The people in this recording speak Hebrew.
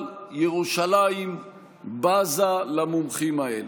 אבל ירושלים בזה למומחים האלה.